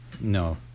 no